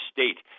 State